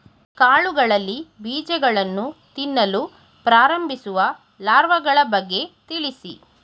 ಕಾಳುಗಳಲ್ಲಿ ಬೀಜಗಳನ್ನು ತಿನ್ನಲು ಪ್ರಾರಂಭಿಸುವ ಲಾರ್ವಗಳ ಬಗ್ಗೆ ತಿಳಿಸಿ?